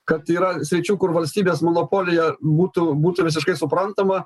kad yra sričių kur valstybės monopolija būtų būtų visiškai suprantama